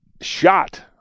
shot